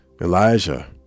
Elijah